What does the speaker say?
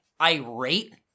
irate